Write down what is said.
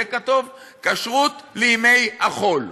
יהיה כתוב: כשרות לימי החול,